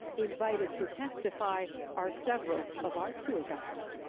invited to testify are several of our tour guides. yeah